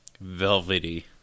Velvety